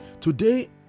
Today